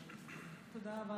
תודה רבה,